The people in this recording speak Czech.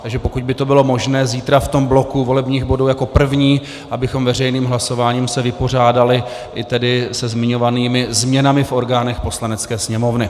Takže pokud by to bylo možné, zítra v tom bloku volebních bodů jako první, abychom veřejným hlasováním se vypořádali i tedy se zmiňovanými změnami v orgánech Poslanecké sněmovny.